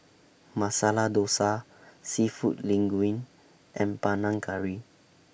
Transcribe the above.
Masala Dosa Seafood Linguine and Panang Curry